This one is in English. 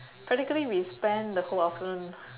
practically we spend the whole afternoon